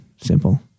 simple